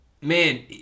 man